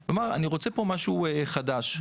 ולומר: "אני רוצה פה משהו חדש",